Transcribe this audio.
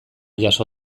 jaso